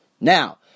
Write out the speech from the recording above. Now